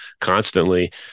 constantly